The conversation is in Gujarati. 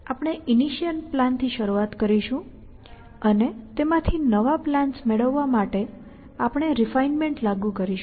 આપણે ઈનિશીઅલ પ્લાન થી શરૂઆત કરીશું અને તેમાંથી નવા પ્લાન્સ મેળવવા માટે આપણે રિફાઇનમેન્ટ લાગુ કરીશું